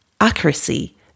accuracy